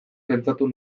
pentsatu